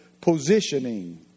positioning